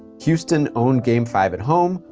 houston owned game five at home,